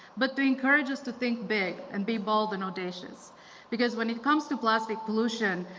but to encourage us to think big and be bold and audacious because when it comes to plastic pollution,